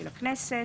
ברישה,